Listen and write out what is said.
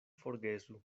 forgesu